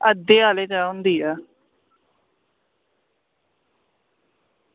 अद्धे आह्ले च होंदी ऐ